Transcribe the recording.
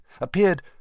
appeared